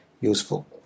useful